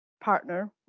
partner